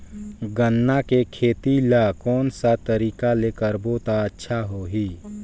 गन्ना के खेती ला कोन सा तरीका ले करबो त अच्छा होही?